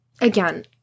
again